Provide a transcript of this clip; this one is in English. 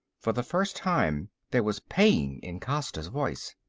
for the first time there was pain in costa's voice.